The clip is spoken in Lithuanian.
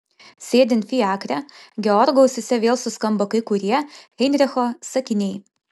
sėdint fiakre georgo ausyse vėl suskambo kai kurie heinricho sakiniai